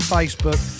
Facebook